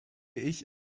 ich